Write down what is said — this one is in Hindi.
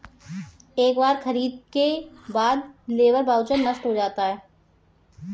एक बार खरीद के बाद लेबर वाउचर नष्ट हो जाता है